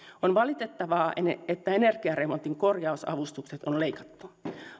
on valitettavaa että energiaremontin korjausavustukset on leikattu